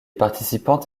participantes